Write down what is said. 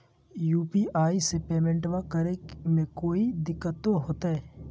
UPI से पेमेंटबा करे मे कोइ दिकतो होते?